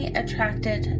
attracted